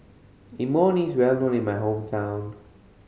imoni is well known in my hometown